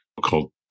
called